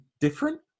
different